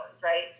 right